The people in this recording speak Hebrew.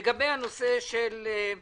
בחבות שלהם